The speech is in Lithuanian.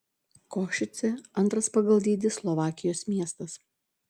košicė antras pagal dydį slovakijos miestas